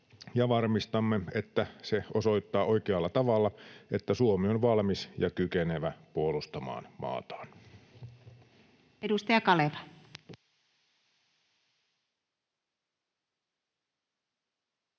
ja varmistamme, että se osoittaa oikealla tavalla, että Suomi on valmis ja kykenevä puolustamaan maataan.